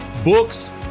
books